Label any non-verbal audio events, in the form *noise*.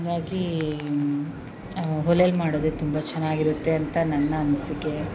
ಹಂಗಾಗಿ *unintelligible* ಒಲೆಯಲ್ಲಿ ಮಾಡೋದೆ ತುಂಬ ಚೆನ್ನಾಗಿರುತ್ತೆ ಅಂತ ನನ್ನ ಅನಿಸಿಕೆ